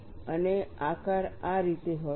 અને આકાર આ રીતે હોય છે